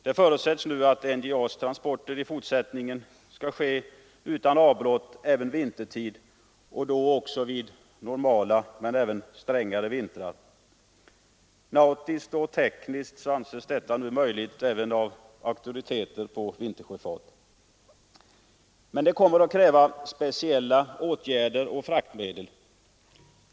Det förutsätts nu att NJA:s transporter i fortsättningen skall gå utan avbrott även vintertid, inte bara under normala utan också under strängare vintrar. Nautiskt och tekniskt anses detta nu vara möjligt även av auktoriteter på vintersjöfart. Men det kommer att kräva speciella åtgärder och fraktmedel.